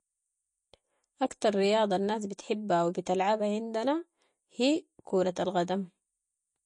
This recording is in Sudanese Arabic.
اكتر رياضة الناس بتحبها و بتلعبها عندنا هي كورة القدم.